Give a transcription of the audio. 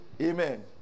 Amen